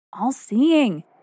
all-seeing